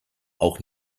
auch